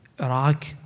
Iraq